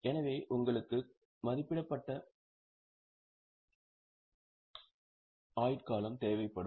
எனவே உங்களுக்கு மதிப்பிடப்பட்ட ஆயுட்காலம் தேவைப்படும்